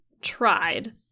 tried